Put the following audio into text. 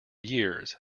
years